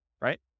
right